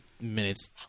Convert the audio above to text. minutes